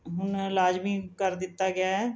ਹੁਣ ਲਾਜ਼ਮੀ ਕਰ ਦਿੱਤਾ ਗਿਆ ਹੈ